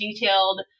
detailed